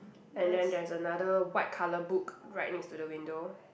and then there's another white colour book right next to the window